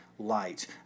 Light